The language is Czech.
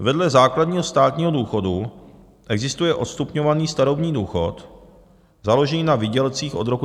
Vedle základního státního důchodu existuje odstupňovaný starobní důchod založený na výdělcích od roku 1978.